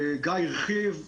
גיא הרחיב.